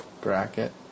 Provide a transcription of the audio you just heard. bracket